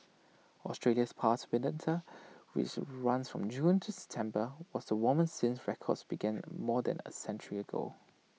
Australia's past which runs from June to September was the warmest since records began more than A century ago